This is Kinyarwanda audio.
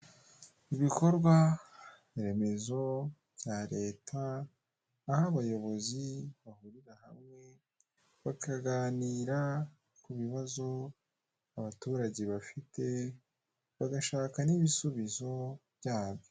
Ibikorwaremezo bya leta aho abayobozi bahurira hamwe bakaganira ku bibazo abaturage bafite bagashaka n'ibisubizo byabyo.